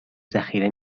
ذخیره